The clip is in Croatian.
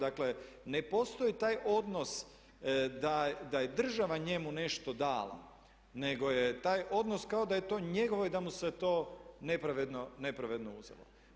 Dakle ne postoj taj odnos da je država njemu nešto dala nego je taj odnos kao da je to njegovo i da mu se to nepravedno uzelo.